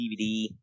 DVD